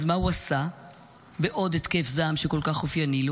אז מה הוא עשה בעוד התקף זעם שכל כך אופייני לו?